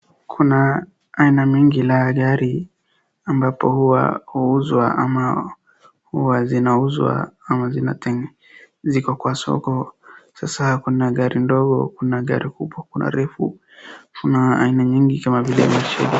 Kuna aina mingi za gari ambapo huwa huuzwa ama ziko kwa soko, sasa kuna gari ndogo, kuna gari kubwa, kuna refu, kuna aina nyingi kama vile.